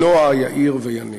נועה, יאיר ויניב.